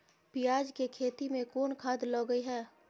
पियाज के खेती में कोन खाद लगे हैं?